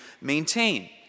maintain